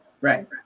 Right